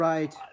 Right